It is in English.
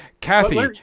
Kathy